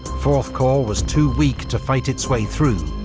fourth corps was too weak to fight its way through,